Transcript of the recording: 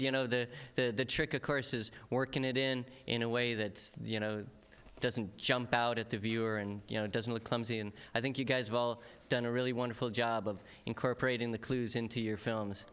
you know the the trick of course is working it in in a way that you know doesn't jump out at the viewer and you know it doesn't look clumsy and i think you guys have all done a really wonderful job of incorporating the clues into your films